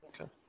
Okay